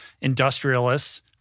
industrialists